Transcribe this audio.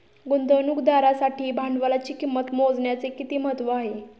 गुंतवणुकदारासाठी भांडवलाची किंमत मोजण्याचे किती महत्त्व आहे?